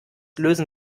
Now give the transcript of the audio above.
lösen